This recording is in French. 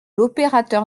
l’opérateur